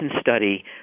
study